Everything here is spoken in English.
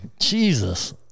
Jesus